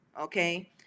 okay